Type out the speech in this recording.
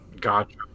gotcha